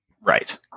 Right